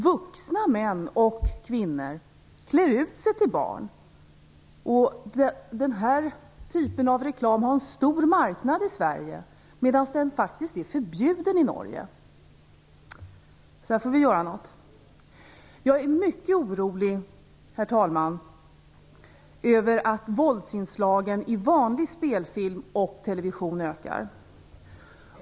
Vuxna män och kvinnor klär ut sig till barn. Den här typen av reklam har en stor marknad i Sverige, medan den faktiskt är förbjuden i Norge. Här måste vi göra något. Jag är mycket orolig, herr talman, över att våldsinslagen i vanlig spelfilm och i television ökar.